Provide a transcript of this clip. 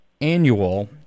annual